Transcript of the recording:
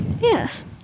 Yes